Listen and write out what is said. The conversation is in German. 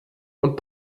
und